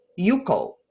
Yuko